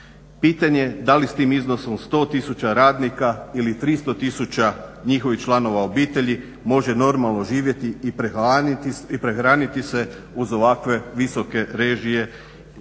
Pitanje da li s tim iznosom 100 tisuća radnika ili 300 tisuća njihovih članova obitelji može normalno živjeti i prehraniti se uz ovakve visoke režije koje